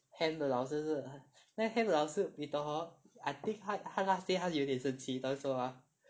ham 的老师是那个 ham 的老师你懂 hor I think 他他那天有一点生气你懂为什么吗